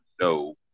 no